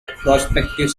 prospective